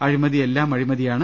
അഴിമതി എല്ലാം അഴി മതിയാണ്